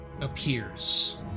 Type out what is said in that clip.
appears